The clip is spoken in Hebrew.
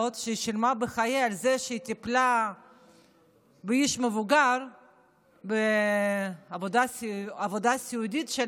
ששילמה בחייה על זה שהיא טיפלה באיש מבוגר בעבודה סיעודית.